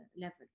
level